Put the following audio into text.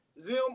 Zim